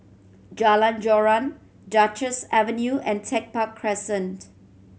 Jalan Joran Duchess Avenue and Tech Park Crescent